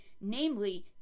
namely